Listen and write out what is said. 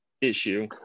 issue